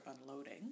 unloading